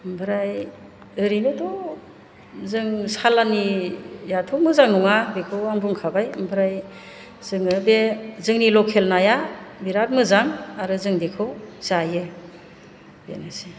ओमफ्राय ओरैनोथ' जों सालानियाथ' मोजां नङा बेखौ आं बुंखाबाय ओमफ्राय जोङो बे जोंनि लकेल नाया बिराद मोजां आरो जों बेखौ जायो बेनोसै